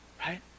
right